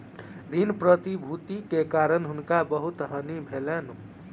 ऋण प्रतिभूति के कारण हुनका बहुत हानि भेलैन